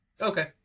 Okay